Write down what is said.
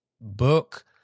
book